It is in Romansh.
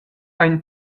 ein